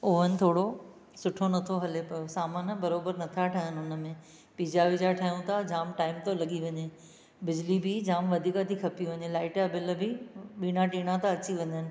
oven थोरो सुठो न थो हले पियो सामान बराबरि न था ठहनि हुन में पिज़ा विज़ा ठाहियूं था जाम टाइम थो लॻी वञे बिजली बि जाम वधीक थी खपी वञे लाइट जा बिल बि ॿीणा टीणा था अची वञनि